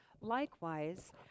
Likewise